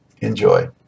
Enjoy